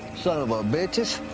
son of a bitches.